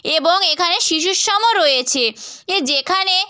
এবং এখানে শিশুআশ্রমও রয়েছে এ যেখানে